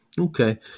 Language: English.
Okay